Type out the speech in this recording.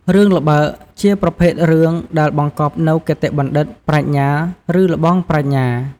រឿងល្បើក ជាប្រភេទរឿងដែលបង្កប់នូវគតិបណ្ឌិត ប្រាជ្ញា ឬល្បងប្រាជ្ញា។